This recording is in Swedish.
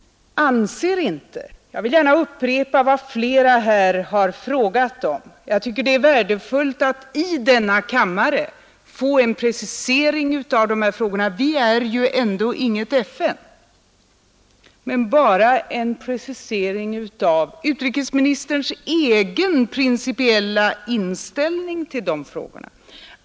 Jag vill gärna upprepa vad flera här har frågat om, eftersom jag tycker det är värdefullt att i denna kammare — vi är ju ändå inget FN — få en precisering av utrikesministerns egen principiella inställning till de här frågorna.